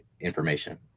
information